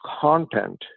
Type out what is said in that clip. content